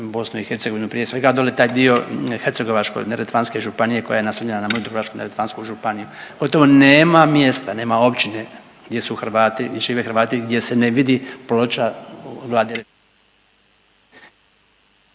često obilazim BiH, prije svega dole taj dio Hercegovačko-neretvanske županije koja je naslonjena na moju Dubrovačko-neretvansku županiju. Gotovo nema mjesta, nema općine gdje su Hrvati i žive Hrvati gdje se ne vidi ploča o